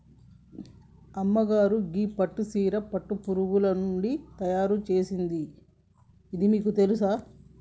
అమ్మగారు గీ పట్టు సీర పట్టు పురుగులు నుండి తయారు సేసింది ఇది మీకు తెలుసునా